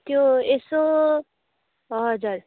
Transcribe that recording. त्यो यसो हजुर